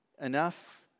enough